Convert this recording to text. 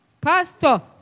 pastor